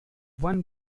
one